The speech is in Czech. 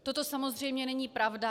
Toto samozřejmě není pravda.